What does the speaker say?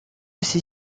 ces